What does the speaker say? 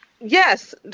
Yes